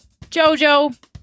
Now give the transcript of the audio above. Jojo